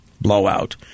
blowout